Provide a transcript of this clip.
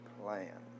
plan